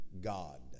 God